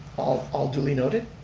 all all duly noted.